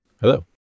Hello